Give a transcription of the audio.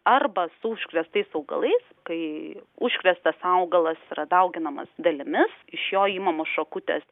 arba su užkrėstais augalais tai užkrėstas augalas yra dauginamas dalimis iš jo imamas šakutės